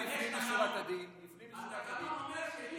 לפנים משורת הדין, התקנון אומר שאם